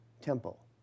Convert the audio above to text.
Temple